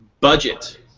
budget